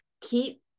Keep